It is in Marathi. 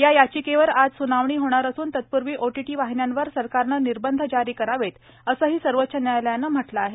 या याचिकेवर आज स्नावणी होणार असून तत्पूर्वी ओटीटी वाहिन्यांवर सरकारनं निर्बंध जारी करावेत असंही सर्वोच्च न्यायालयानं म्हटलं आहे